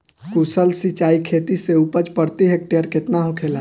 कुशल सिंचाई खेती से उपज प्रति हेक्टेयर केतना होखेला?